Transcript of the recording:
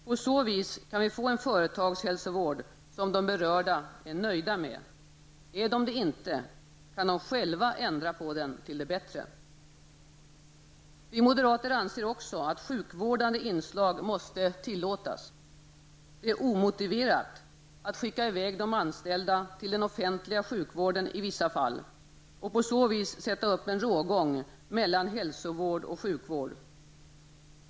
På så vis kan vi få en företagshälsovård som de berörda är nöjda med. Är de det inte, kan de själva ändra den till det bättre. Vi moderater anser också att sjukvårdande inslag måste tillåtas. Det är omotiverat att skicka i väg de anställda till den offentliga sjukvården i vissa fall och på så vis sätta upp en rågång mellan hälsovård och sjukvård.